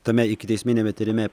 tame ikiteisminiame tyrime